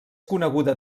coneguda